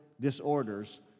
disorders